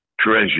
treasure